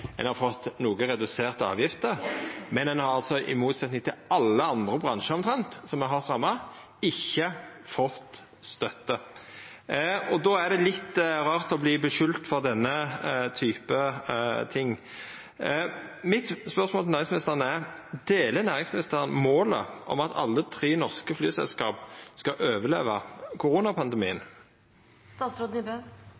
ein har fått noko reduserte avgifter, men i motsetning til omtrent alle andre bransjar har ein altså ikkje fått støtte. Då er det litt rart å verta skulda for denne typen ting. Mitt spørsmål til næringsministeren er om ho deler målet om at alle tre flyselskapa skal overleva koronapandemien? Jeg er opptatt av at vi skal